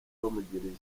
bamugirira